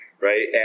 Right